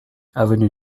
avenue